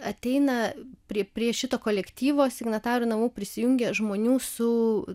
ateina prie prie šito kolektyvo signatarų namų prisijungia žmonių su